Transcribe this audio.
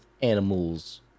animals